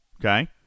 Okay